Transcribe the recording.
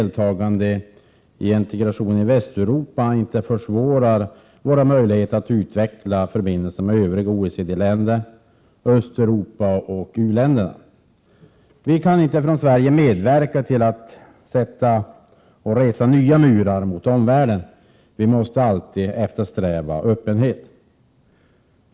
1987/88:114 deltagande i integrationen i Västeuropa inte försvårar våra möjligheter att 4 maj 1988 utveckla förbindelserna med övriga OECD-länder, Östeuropa och uländerna. Vi kan från Sveriges sida inte medverka till att resa nya murar mot omvärlden. Vi måste alltid eftersträva öppenhet.